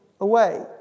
away